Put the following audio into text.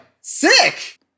Sick